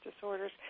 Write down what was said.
disorders